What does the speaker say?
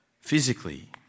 physically